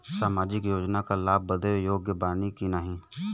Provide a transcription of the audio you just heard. सामाजिक योजना क लाभ बदे योग्य बानी की नाही?